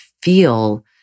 feel